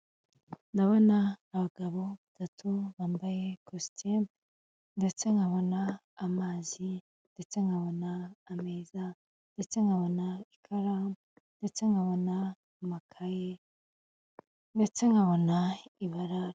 Ndabona abagabo batatu bambaye kositimu, ndetse nkabona amazi, ndetse nkabona ameza, ndetse nkabona ikaramu, ndetse nkabona amakayi, ndetse nkabona ibara.